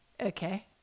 Okay